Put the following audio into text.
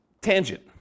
tangent